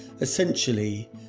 essentially